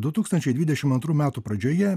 du tūkstančiai dvidešim antrų metų pradžioje